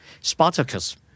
Spartacus